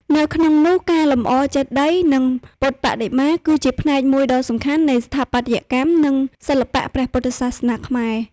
នៅក្នុងនោះ ការលម្អចេតិយ និងពុទ្ធបដិមា គឺជាផ្នែកមួយដ៏សំខាន់នៃស្ថាបត្យកម្ម និងសិល្បៈព្រះពុទ្ធសាសនាខ្មែរ។